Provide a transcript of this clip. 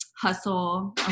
hustle